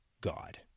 God